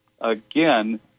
again